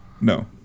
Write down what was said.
No